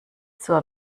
zur